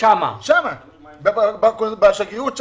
שם בשגרירות.